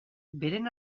beren